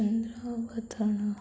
ଚନ୍ଦ୍ର ବଦନ